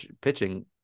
pitching